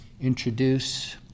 introduce